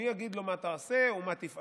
מי יגיד לו מה תעשה ומה תפעל?